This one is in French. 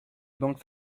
banque